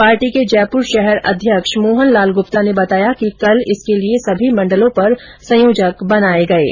party के जयपुर शहर अध्यक्ष मोहन लाल गुप्ता ने बताया कि कल इस के लिये सभी मण्डलों पर संयोजक बनाए गए है